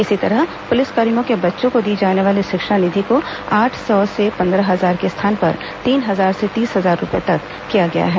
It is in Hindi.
इसी तरह पुलिसकर्मियों के बच्चों को दी जाने वाली शिक्षा निधि को आठ सौ से पंद्रह हजार के स्थान पर तीन हजार से तीस हजार रूपये तक किया गया है